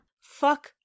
Fuck